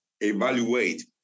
evaluate